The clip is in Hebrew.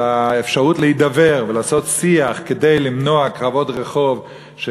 לאפשרות להידבר ולעשות שיח כדי למנוע קרבות רחוב,